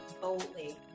boldly